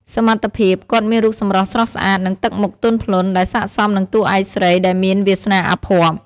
សមត្ថភាព គាត់មានរូបសម្រស់ស្រស់ស្អាតនិងទឹកមុខទន់ភ្លន់ ដែលស័ក្តិសមនឹងតួឯកស្រីដែលមានវាសនាអភ័ព្វ។